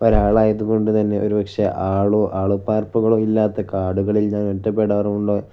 ഒരാളായത് കൊണ്ട് തന്നെ ഒരുപക്ഷെ ആളു ആൾപ്പാർപ്പുകൾ ഇല്ലാത്ത കാടുകളിൽ ഞാൻ ഒറ്റപ്പെടാറുണ്ട്